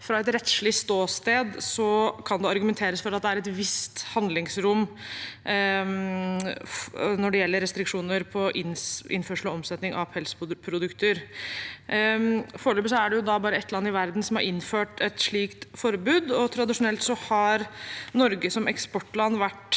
fra et rettslig ståsted kan argumenteres med at det er et visst handlingsrom når det gjelder restriksjoner på innførsel og omsetning av pelsprodukter. Foreløpig er det bare ett land i verden som har innført et slikt forbud, og tradisjonelt har Norge som eksportland vært